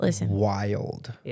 wild